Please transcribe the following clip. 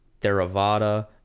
Theravada